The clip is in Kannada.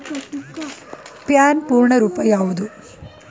ಪ್ಯಾನ್ ಪೂರ್ಣ ರೂಪ ಯಾವುದು?